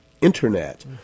Internet